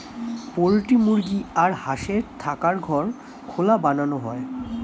poultry মুরগি আর হাঁসের থাকার ঘর খোলা বানানো হয়